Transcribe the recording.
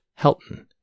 Helton